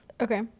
okay